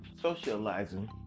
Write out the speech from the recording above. socializing